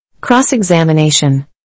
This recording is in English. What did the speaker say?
Cross-examination